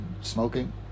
smoking